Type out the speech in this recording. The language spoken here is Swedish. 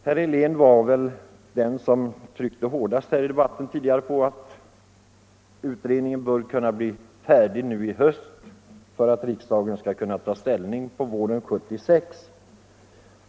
Herr Helén var väl den som tryckte hårdast tidigare i debatten på att utredningen bör kunna bli färdig nu i höst för att riksdagen skall kunna ta ställning på våren 1976.